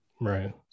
right